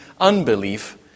unbelief